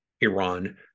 Iran